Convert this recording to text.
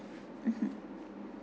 mmhmm